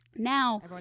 now